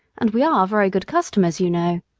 and we are very good customers, you know.